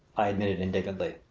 i admitted indignantly.